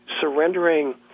surrendering